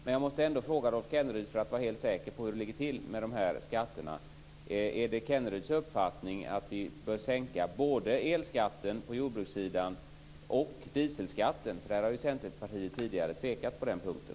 Men för att vara helt säker på hur det ligger till måste jag ändå fråga: Är det Rolf Kenneryds uppfattning att man på jordbrukssidan bör sänka både elskatten och dieselskatten? Centerpartiet har ju tidigare tvekat på den punkten.